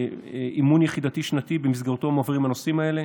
עם אימון יחידתי שנתי שבמסגרתו מועברים הנושאים האלה.